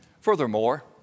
Furthermore